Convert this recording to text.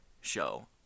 show